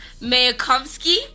Mayakovsky